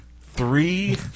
Three